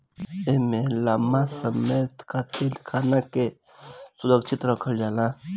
एमे लंबा समय खातिर खाना के सुरक्षित रखल जाला